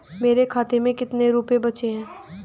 मेरे खाते में कितने रुपये बचे हैं?